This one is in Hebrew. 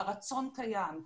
הרצון קיים,